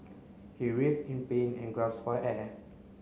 he writhed in pain and gasped for air